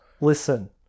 listen